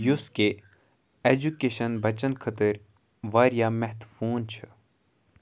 یُس کہِ ایجوٗکیشَن بَچَن خٲطرٕ واریاہ مٮ۪ہتٕفوٗن چھ